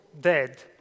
dead